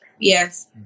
yes